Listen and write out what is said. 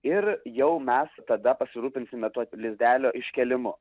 ir jau mes tada pasirūpinsime tuo lizdelio iškėlimu